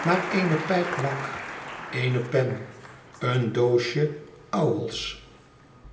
naar eene pijp lak eene pen een doosje